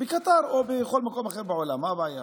בקטאר או בכל מקום אחר בעולם, מה הבעיה?